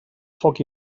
foc